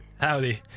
Howdy